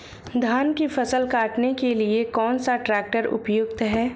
धान की फसल काटने के लिए कौन सा ट्रैक्टर उपयुक्त है?